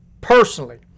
personally